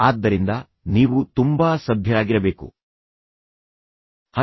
ಆದ್ದರಿಂದ ನೀವು ತುಂಬಾ ಸಭ್ಯರಾಗಿರಬೇಕು ಮತ್ತು ನೀವು ತಾಳ್ಮೆಯಿಂದಿರುವಿರಿ ಎಂದು ನೀವು ತರಾತುರಿಯಲ್ಲಿ ತೋರಿಸಲು ಸಾಧ್ಯವಿಲ್ಲ